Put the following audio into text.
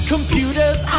Computers